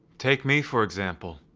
take me for example.